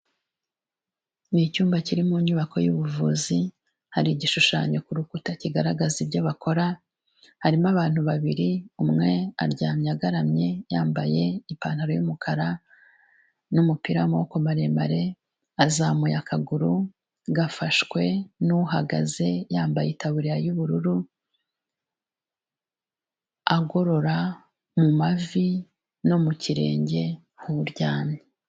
Ni icyumba kiri mu nyubako y'ubuvuzi, hari igishushanyo ku rukuta kigaragaza ibyo bakora, harimo abantu babiri, umwe aryamye agaramye, yambaye ipantaro y'umukara n'umupira w'amaboko maremare, azamuye akaguru gafashwe n'uhagaze yambaye itaburiya y'ubururu, agorora mu mavi no mu kirenge h'uryamye.